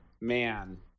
man